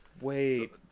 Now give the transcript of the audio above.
wait